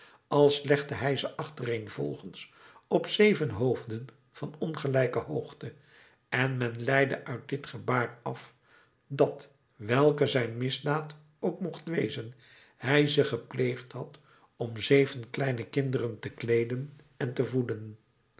als legde hij ze achtereenvolgens op zeven hoofden van ongelijke hoogte en men leidde uit dit gebaar af dat welke zijn misdaad ook mocht wezen hij ze gepleegd had om zeven kleine kinderen te kleeden en te voeden